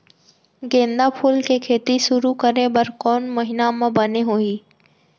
गेंदा फूल के खेती शुरू करे बर कौन महीना मा बने होही?